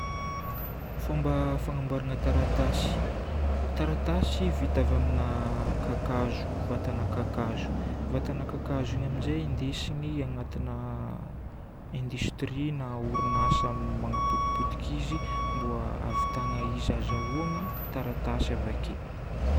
Fomba fagnamboarana taratasy. Taratasy vita avy amina kakazo, vatagna kakazo. Vatagna kakazo igny amin'izay indesiny agnatina indostria na orinasa manapotipotika izy mbô hahavitagna izy, azahoana taratasy avake.